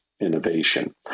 Innovation